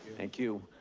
thank you.